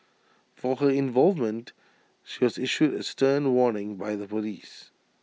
for her involvement she was issued A stern warning by the Police